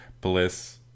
bliss